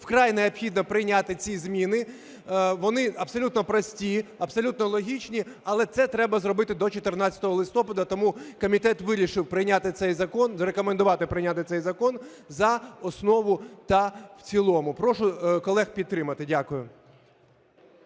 вкрай необхідно прийняти ці зміни. Вони абсолютно прості, абсолютно логічні, але це треба зробити до 14 листопада. Тому комітет вирішив прийняти цей закон, рекомендувати прийняти цей закон за основу та в цілому. Прошу колег підтримати. Дякую.